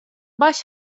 baş